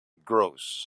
gross